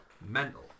Mental